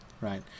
right